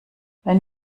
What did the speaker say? wenn